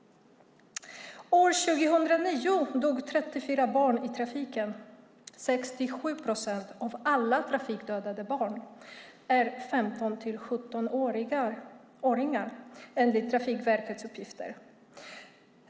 År 2009 dog 34 barn i trafiken. 67 procent av alla trafikdödade barn är 15-17 år enligt Trafikverkets uppgifter.